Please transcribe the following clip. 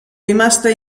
rimasta